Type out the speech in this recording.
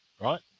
right